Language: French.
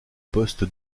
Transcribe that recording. poste